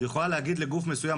יכולה להגיד לגוף מסוים,